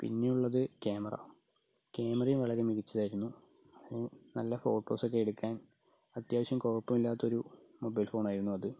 പിന്നെയുള്ളത് ക്യാമറ ക്യാമറയും വളരെ മികച്ചതായിരുന്നു നല്ല ഫോട്ടോസൊക്കെ എടുക്കാൻ അത്യാവശ്യം കുഴപ്പമില്ലാത്തൊരു മൊബൈൽ ഫോണായിരുന്നു അത്